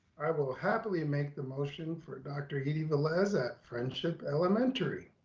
i will happily and make the motion for dr. yeah eidie velez at friendship elementary.